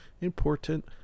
important